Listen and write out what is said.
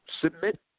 submit